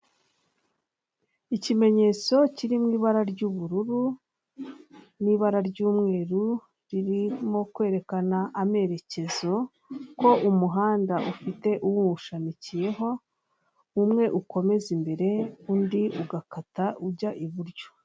Ikimenyetso kiri mu ibara ry'ubururu n'ibara ry'umweru, ririmo kwerekana amerekezo, ko umuhanda ufite uwushamikiyeho, umwe ukomeza imbere, undi ugakata ujya i buryo.